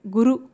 Guru